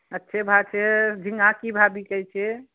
अच्छे भाव छै झिङ्गा की भाव बिकै छै